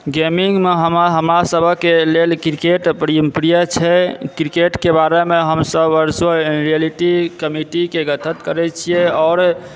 गैमिंगमऽ हमर हमरासभक लेल क्रिकेट प्रि प्रिय छै क्रिकेटकऽ बारेमऽ हमसभ वर्चुअल रियलिटी कमिटीकऽ गठन करैत छियै आओर